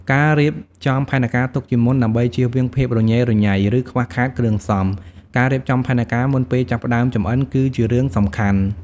ការរៀបចំផែនការទុកជាមុនដើម្បីចៀសវាងភាពរញ៉េរញ៉ៃ ឬខ្វះខាតគ្រឿងផ្សំ ការរៀបចំផែនការមុនពេលចាប់ផ្តើមចម្អិនគឺជារឿងសំខាន់ ។